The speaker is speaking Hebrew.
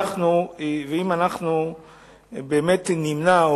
באמת נמנע,